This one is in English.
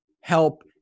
help